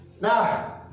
now